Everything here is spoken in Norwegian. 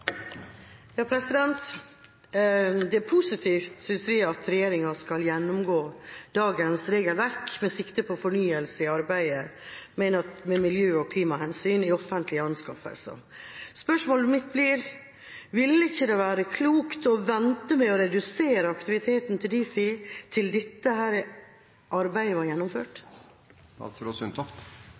positivt, synes vi, at regjeringa skal gjennomgå dagens regelverk med sikte på fornyelse i arbeidet med miljø- og klimahensyn i offentlige anskaffelser. Spørsmålet mitt blir: Ville det ikke være klokt å vente med å redusere aktiviteten til Difi til dette arbeidet er gjennomført?